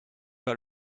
pas